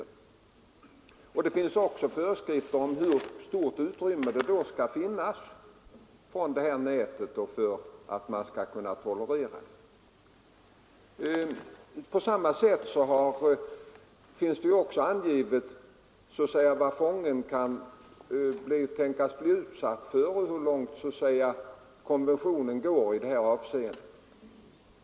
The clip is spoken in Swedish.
Där finns det också föreskrivet hur stort utrymme som skall finnas under det omtalade nätet, för att transportsättet skall kunna tolereras. Likaså finns det angivet vad fången kan tänkas bli utsatt för och hur långt konventionen går i det avseendet.